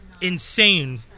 insane